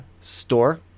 store